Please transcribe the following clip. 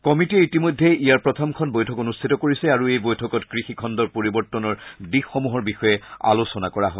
কমিটীয়ে ইতিমধ্যে ইয়াৰ প্ৰথমখন বৈঠক অনুষ্ঠিত কৰিছে আৰু এই বৈঠকত কৃষি খণ্ডৰ পৰিৱৰ্তনৰ দিশসমূহৰ বিষয়ে আলোচনা কৰা হয়